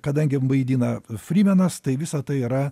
kadangi vaidina frymenas tai visa tai yra